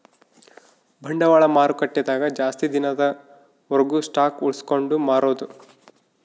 ಬಂಡವಾಳ ಮಾರುಕಟ್ಟೆ ದಾಗ ಜಾಸ್ತಿ ದಿನದ ವರ್ಗು ಸ್ಟಾಕ್ಷ್ ಉಳ್ಸ್ಕೊಂಡ್ ಮಾರೊದು